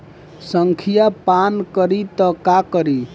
संखिया पान करी त का करी?